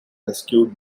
rescued